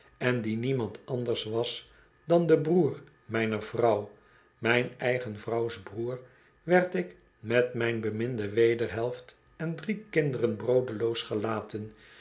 en die niemand anders was dan de broer mijner vrouw mijn eigen vrouws broer werd ik met myn beminde wederhelft en drie kinderen broodeloos gelaten